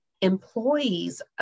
employees